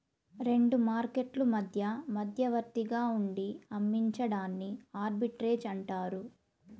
రెండు మార్కెట్లు మధ్య మధ్యవర్తిగా ఉండి అమ్మించడాన్ని ఆర్బిట్రేజ్ అంటారు